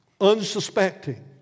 unsuspecting